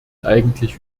eigentlich